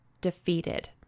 defeated